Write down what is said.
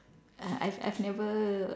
uh I've I've never